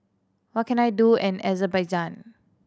what can I do in Azerbaijan